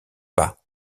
pas